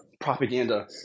propaganda